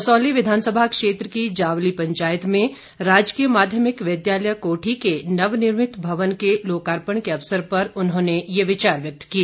कसौली विधानसभा क्षेत्र की जावली पंचायत में राजकीय माध्यमिक विद्यालय कोठी को नवनिर्मित भवन के लोकार्पण अवसर पर उन्होंने ये विचार व्यक्त किए